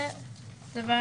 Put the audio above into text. ודבר